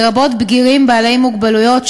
לרבות בגירים בעלי מוגבלויות,